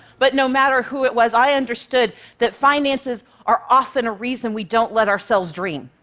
but no matter who it was, i understood that finances are often a reason we don't let ourselves dream.